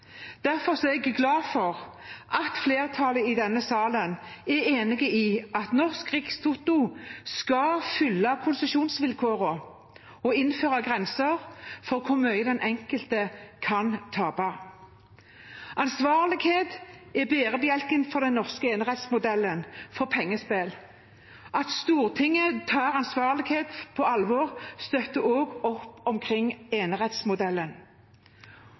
Derfor er jeg glad for at flertallet i denne salen er enig i at Norsk Rikstoto skal fylle konsesjonsvilkårene og innføre grenser for hvor mye den enkelte kan tape. Ansvarlighet er bærebjelken for den norske enerettsmodellen for pengespill. At Stortinget tar ansvarlighet på alvor, støtter også opp om enerettsmodellen.